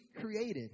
created